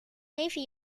navy